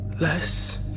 less